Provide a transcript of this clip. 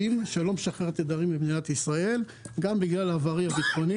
שלא משחרר תדרים במדינת ישראל גם בגלל עברי הביטחוני